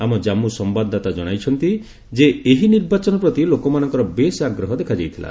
ଆମ ଜାମ୍ଗୁ ସମ୍ଭାଦଦାତା ଜଣାଇଛନ୍ତି ଯେ ଏହି ନିର୍ବାଚନ ପ୍ରତି ଲୋକମାନଙ୍କର ବେଶ୍ ଆଗ୍ରହ ଦେଖାଯାଇଥିଲା